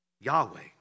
Yahweh